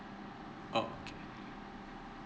okay